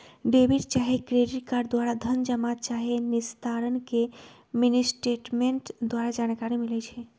debit चाहे credit card द्वारा धन जमा चाहे निस्तारण के मिनीस्टेटमेंट द्वारा जानकारी मिलइ छै